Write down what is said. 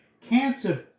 cancer